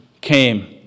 came